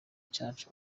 cyacu